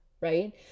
Right